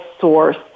source